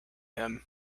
him